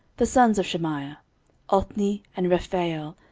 the sons of shemaiah othni, and rephael,